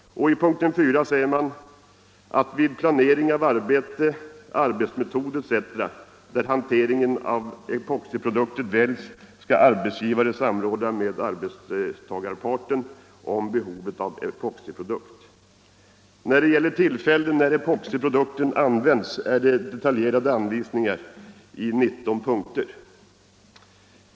I p. 4 sägs att vid planering av arbete, arbetsmetod etc. där hantering av epoxiprodukter väljs skall arbetsgivare samråda med arbetstagarparten om behovet av epoxiprodukt. När epoxiprodukter används finns detaljerade anvisningar i 19 punkter.